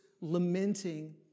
lamenting